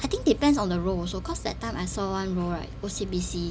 I think it depends on the role also cause that time I saw one role right O_C_B_C